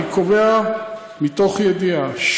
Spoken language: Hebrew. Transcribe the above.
אני קובע מתוך ידיעה,